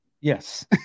yes